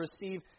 receive